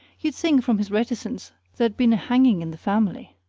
you'd think, from his reticence, there'd been a hanging in the family.